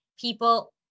people